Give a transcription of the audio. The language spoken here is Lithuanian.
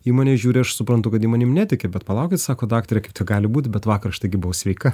ji į mane žiūri aš suprantu kad ji manim netiki bet palaukit sako daktare kaip taip gali būt bet vakar aš taigi buvau sveika